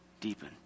deepen